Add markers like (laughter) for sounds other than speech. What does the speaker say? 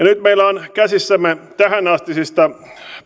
(unintelligible) nyt meillä on käsissämme tähänastisista